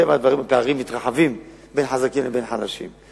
מטבע הדברים הפערים בין חזקים לבין חלשים מתרחבים.